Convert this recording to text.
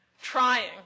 trying